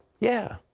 yeah.